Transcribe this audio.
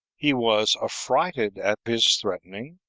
he was affrighted at his threatening,